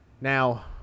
Now